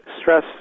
stress